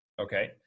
okay